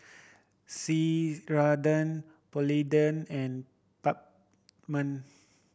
Ceradan Polident and